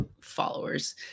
followers